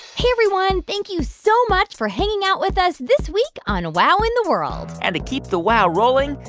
hey, everyone. thank you so much for hanging out with us this week on wow in the world and to keep the wow rolling,